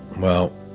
well,